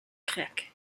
grec